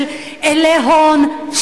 של אילי הון,